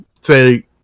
say